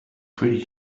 pretty